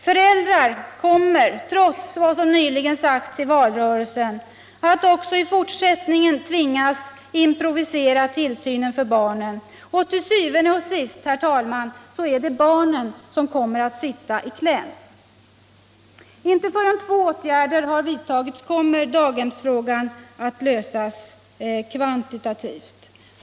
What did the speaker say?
Föräldrar kommer, trots vad som nyligen sagts i valrörelsen, att också i fortsättningen tvingas improvisera tillsynen för barnen, och til syvende og sidst, herr talman, är det barnen som kommer att få sitta i kläm. Inte förrän två åtgärder vidtagits kommer daghemsfrågan att lösas kvantitativt.